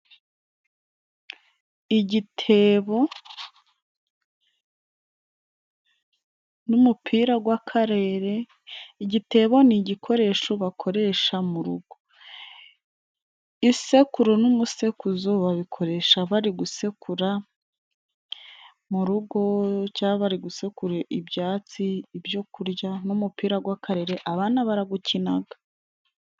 Igitebo n'umupira gw'akarere, igitebo ni igikoresho bakoresha mu rugo. Isekuru n'umusekuzo babikoresha bari gusekura mu rugo, cya bari gusekura ibyatsi, ibyo kurya, n'umupira gw'akarere abana baragukinaga.